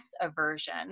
aversion